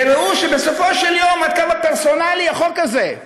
וראו, בסופו של דבר, עד כמה פרסונלי החוק הזה: